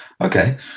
Okay